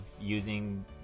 using